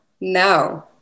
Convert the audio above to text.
no